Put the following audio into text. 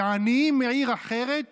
שעניים מעיר אחרת